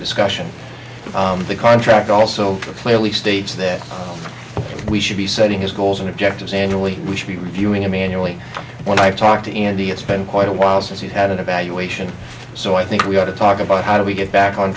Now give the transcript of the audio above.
discussion of the contract also clearly states that we should be setting his goals and objectives annually we should be reviewing it manually when i've talked to andy it's been quite a while since you've had an evaluation so i think we ought to talk about how do we get back on